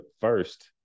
first